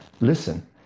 Listen